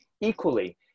equally